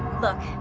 look,